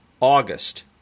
August